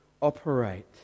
operate